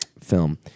Film